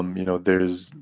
um you know, there is,